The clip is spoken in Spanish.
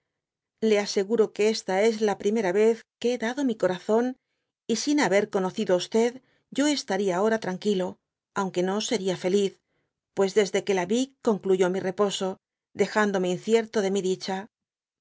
le aseguro que esta es la vez primera que hé dado mi corazón y sin haber conocido á yo estaría ahora irán quilo aunque no seria feliz pues desde que la vi concluyó mi reposo dejandcmne incierto de mi dicha